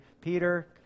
Peter